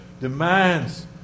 demands